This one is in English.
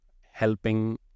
helping